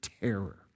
terror